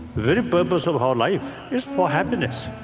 very purpose of our life is for happiness.